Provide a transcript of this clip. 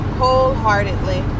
Wholeheartedly